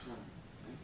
אכן.